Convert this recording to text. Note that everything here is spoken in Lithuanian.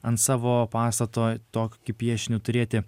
ant savo pastato tokį piešinį turėti